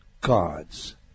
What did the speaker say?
gods